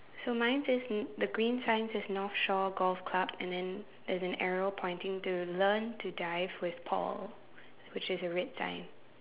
so mine says um the green sign says North Shore Golf Club and then there's an arrow pointing to learn to dive with Paul which is a red sign